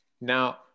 Now